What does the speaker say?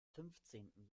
fünfzehnten